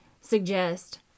suggest